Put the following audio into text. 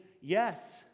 yes